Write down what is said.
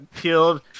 killed